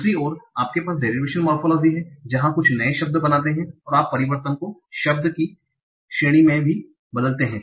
दूसरी ओर आपके पास डेरिवेशनल मोरफोलोजी है जहां आप कुछ नए शब्द बनाते हैं और आप परिवर्तन को शब्द की श्रेणी भी बदलते हैं